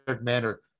manner